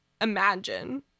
imagine